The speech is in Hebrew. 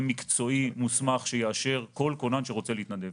מקצועי מוסמך שיאשר כל כונן שרוצה להתנדב.